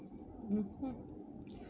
mmhmm